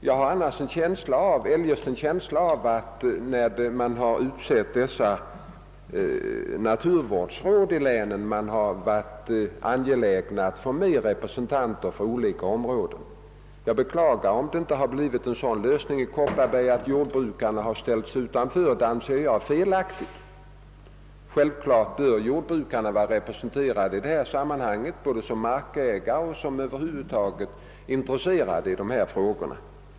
Jag har eljest en känsla av att man, när man har utsett dessa naturvårdsråd i länen, har varit angelägen att få med representanter för olika områden. Jag beklagar om det inte har blivit en sådan lösning i Kopparbergs län. Att jordbrukarna har ställts utanför anser jag vara felaktigt. Naturligtvis bör de vara representerade både som markägare och som över huvud taget intresserade i detta sammanhang.